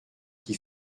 qui